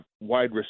wide